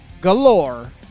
galore